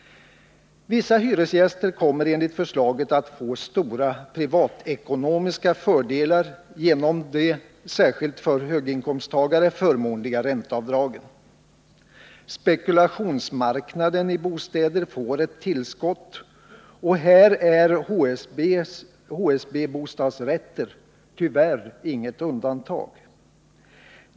Vissa hyresgäster kommer enligt förslaget att få stora privatekonomiska fördelar genom de, särskilt för höginkomsttagare, förmånliga ränteavdragen. Spekulationsmarknaden i bostäder får ett tillskott, och här är HSB-bostadsrätter tyvärr inget undantag.